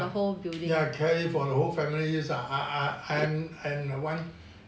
yeah carry for the whole family use ah ah ah and and one